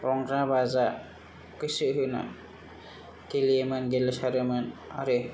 रंजा बाजा गोसो होना गेलेयोमोन गेलेसारोमोन आरो